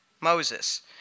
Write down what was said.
Moses